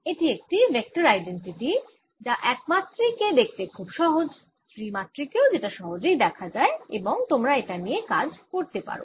এটি একটি vector identity যা একমাত্রিক এ দেখতে খুব সহজ ত্রিমাত্রিকেও যেটা সহজেই দেখা যায় এবং তোমরা এটা নিয়ে কাজ করতে পারো